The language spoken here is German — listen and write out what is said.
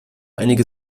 einige